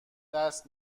دست